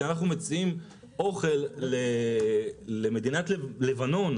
כשאנחנו מציעים אוכל למדינת לבנון,